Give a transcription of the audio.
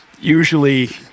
usually